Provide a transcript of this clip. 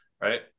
right